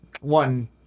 one